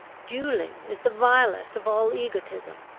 duelling is the vilest of all egotism,